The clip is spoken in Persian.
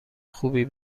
خوبی